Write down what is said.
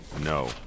No